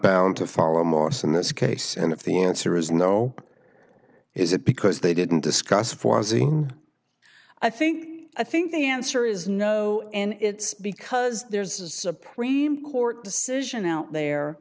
bound to follow morse in this case and if the answer is no is it because they didn't discuss fawzi i think i think the answer is no and it's because there's a supreme court decision out there